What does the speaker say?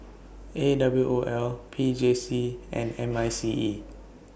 A W O L P J C and M I C E